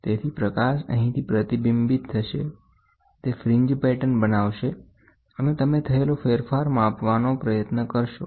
તેથી પ્રકાશ અહીંથી પ્રતિબિંબિત થશે તે ફ્રીન્જ પેટર્ન બનાવશે અને તમે થયેલો ફેરફાર માપવાનો પ્રયત્ન કરશો